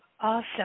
Awesome